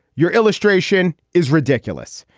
your illustration is ridiculous.